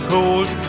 cold